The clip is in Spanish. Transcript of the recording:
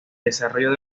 desarrollo